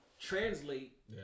translate